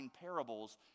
parables